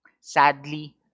Sadly